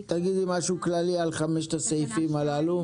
תגידי משהו כללי על חמשת הסעיפים הללו.